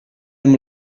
amb